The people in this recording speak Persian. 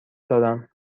دارم